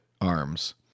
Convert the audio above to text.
arms